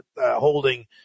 holding